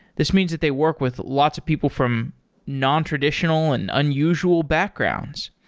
this means that they work with lots of people from nontraditional and unusual backgrounds.